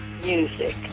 music